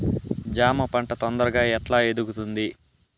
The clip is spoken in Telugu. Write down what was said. జామ పంట తొందరగా ఎట్లా ఎదుగుతుంది?